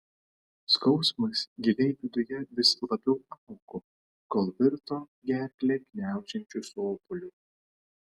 skausmas giliai viduje vis labiau augo kol virto gerklę gniaužiančiu sopuliu